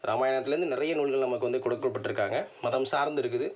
ராமாயணத்திலருந்து நிறைய நூல்கள் நமக்கு வந்து கொடுக்கப்பட்டுருக்காங்க மதம் சார்ந்து இருக்குது